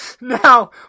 now